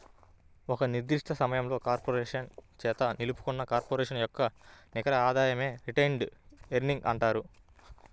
ఒక నిర్దిష్ట సమయంలో కార్పొరేషన్ చేత నిలుపుకున్న కార్పొరేషన్ యొక్క నికర ఆదాయమే రిటైన్డ్ ఎర్నింగ్స్ అంటారు